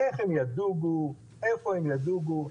איך הם ידוגו,